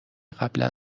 قبلا